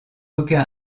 aucun